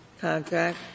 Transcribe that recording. contract